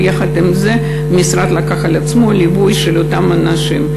אבל יחד עם זה המשרד לקח על עצמו את הליווי של אותם אנשים.